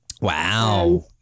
Wow